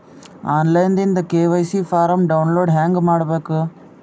On line ದಿಂದ KYC form download ಹೇಂಗ ಮಾಡಬೇಕು?